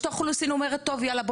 רשות האוכלוסין אומרת טוב יאללה,